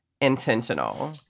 intentional